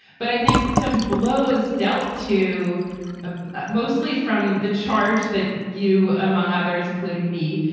but i think some blows dealt to ah ah mostly from the charge that you, among others, including me,